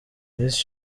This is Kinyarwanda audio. miss